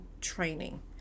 training